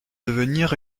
devenir